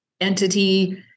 entity